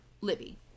Libby